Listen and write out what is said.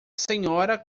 senhora